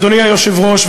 אדוני היושב-ראש,